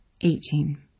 Eighteen